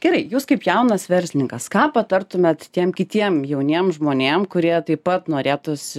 gerai jūs kaip jaunas verslininkas ką patartumėt tiem kitiem jauniem žmonėm kurie taip pat norėtųsi